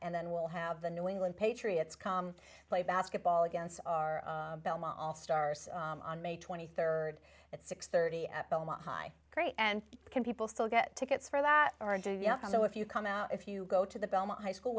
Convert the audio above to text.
and then we'll have the new england patriots come play basketball against our belmont all stars on may twenty third at six thirty at belmont high grade and can people still get tickets for that so if you come out if you go to the belmont high school